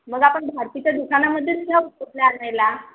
मग आपण भारतीच्या दुकानामध्येच जाऊ कपडे आणायला